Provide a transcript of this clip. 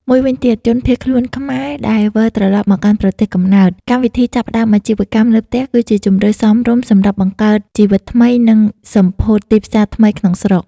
មួយវិញទៀតជនភៀសខ្លួនខ្មែរ ដែលវិលត្រឡប់មកកាន់ប្រទេសកំណើត កម្មវិធីចាប់ផ្តើមអាជីវកម្មនៅផ្ទះគឺជាជម្រើសសមរម្យសម្រាប់បង្កើតជីវិតថ្មី និងសម្ភោធទីផ្សារថ្មីក្នុងស្រុក។